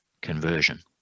conversion